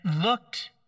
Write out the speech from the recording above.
looked